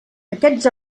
aquests